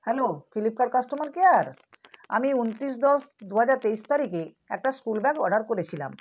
hello Flipkart customer care আমি উনত্রিশ দশ দুহাজার তেইশ তারিখে একটা স্কুল ব্যাগ অর্ডার করেছিলাম